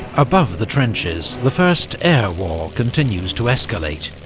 above the trenches, the first air war continues to escalate.